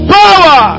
power